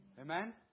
Amen